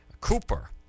Cooper